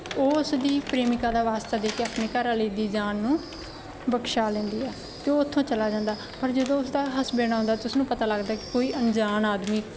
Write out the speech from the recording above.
ਉਹ ਉਸਦੀ ਪ੍ਰੇਮਿਕਾ ਦਾ ਵਾਸਤਾ ਦੇ ਕੇ ਆਪਣੇ ਘਰਵਾਲੀ ਦੀ ਜਾਨ ਨੂੰ ਬਖਸ਼ਾ ਲੈਂਦੀ ਹੈ ਅਤੇ ਉਹ ਉੱਥੋਂ ਚਲਾ ਜਾਂਦਾ ਪਰ ਜਦੋਂ ਉਸਦਾ ਹਸਬੈਂਡ ਆਉਂਦਾ ਅਤੇ ਉਸਨੂੰ ਪਤਾ ਲੱਗਦਾ ਕਿ ਕੋਈ ਅਣਜਾਣ ਆਦਮੀ